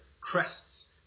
crests